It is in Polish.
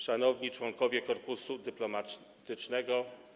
Szanowni Członkowie Korpusu Dyplomatycznego!